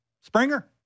Springer